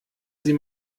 sie